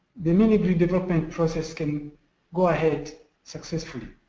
the mini grid development process can go ahead successfully.